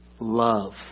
love